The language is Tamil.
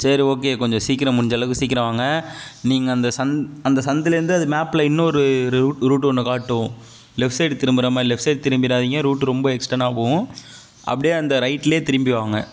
சரி ஓகே கொஞ்சம் சீக்கிரம் முடிஞ்சளவுக்கு சீக்கிரம் வாங்க நீங்கள் அந்த சந் அந்த சந்துலேருந்து அது மேப்பில் இன்னோரு ரூட் ரூட்டு ஒன்று காட்டும் லெஃப்ட் சைடு திரும்புகிற மாதிரி லெஃப்ட் சைடு திரும்பிடாதிங்க ரூட்டு ரொம்ப எக்ஸ்டன்னாக போகும் அப்படியே அந்த ரைட்டில் திரும்பி வாங்க